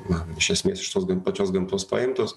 na iš esmės iš tos pačios gamtos paimtos